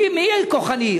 מי הכוחני?